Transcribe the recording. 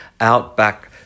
outback